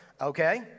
Okay